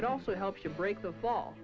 it also helps to break the fall